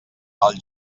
els